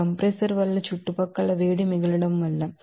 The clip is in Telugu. ఈ కంప్రెసర్ వల్ల చుట్టుపక్కల వేడి మిగలడం వల్ల